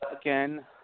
again